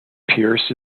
pierce